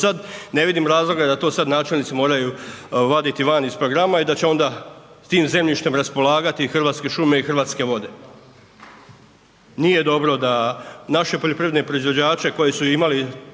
sad, ne vidim razloga da to sad načelnici moraju vaditi van iz programa i da će onda tim zemljištem raspolagati Hrvatske šume i Hrvatske vode. Nije dobro da naše poljoprivredne proizvođače koji su imali